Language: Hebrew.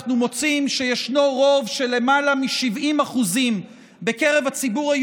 אנחנו מוצאים שישנו רוב של למעלה מ-70% בקרב הציבורי